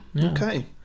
Okay